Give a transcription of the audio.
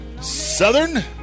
Southern